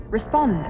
Respond